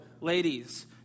ladies